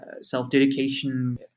self-dedication